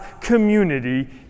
community